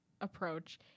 approach